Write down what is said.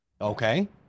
Okay